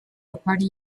opari